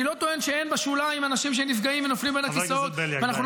אני לא טוען שאין בשוליים אנשים שנפגעים ונופלים בין הכיסאות -- יש לך